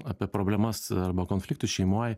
apie problemas arba konfliktus šeimoj